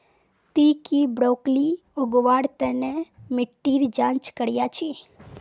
ती की ब्रोकली उगव्वार तन मिट्टीर जांच करया छि?